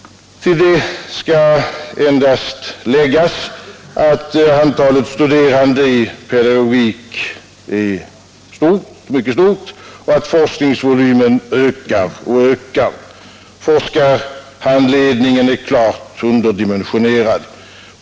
Till det skall endast läggas att antalet studerande i pedagogik är mycket högt och att forskningsvolymen bara ökar. Forskarhandledningen är klart underdimensionerad.